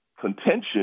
contention